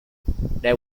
there